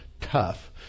tough